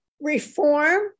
reform